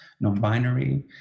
non-binary